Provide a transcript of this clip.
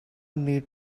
need